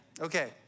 okay